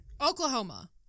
Oklahoma